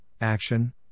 action